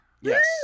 Yes